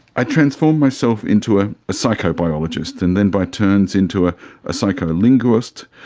i transformed myself into ah a psychobiologist and then by turns into ah a psycholinguist,